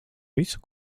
visu